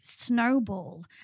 Snowball